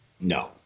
No